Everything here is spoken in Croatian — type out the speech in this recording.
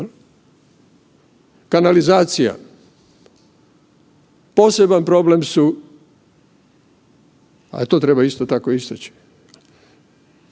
kanalizacija, poseban problem su, a to treba isto tako istaći,